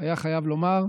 היה חייב לומר,